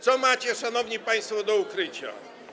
Co macie, szanowni państwo, do ukrycia?